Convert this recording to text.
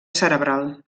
cerebral